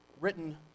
written